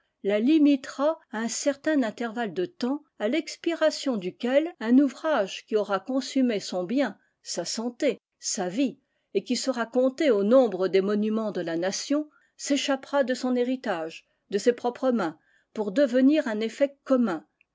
la limitera à un certain intervalle de temps à l'expiration duquel un ouvrage qui aura consumé son bien sa santé sa vie et qui sera compté au nombre des monuments de la nation s'échappera de son héritage de ses propres mains pour devenir un effet commun